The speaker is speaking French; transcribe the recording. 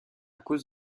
cause